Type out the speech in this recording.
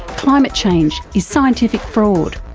climate change is scientific fraud,